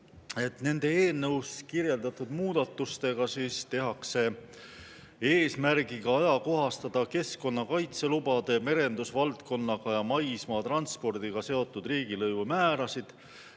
Need eelnõus kirjeldatud muudatused tehakse eesmärgiga ajakohastada keskkonnakaitselubade, merendusvaldkonnaga ja maismaatranspordiga seotud riigilõivumäärasid,